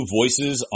voices